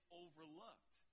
overlooked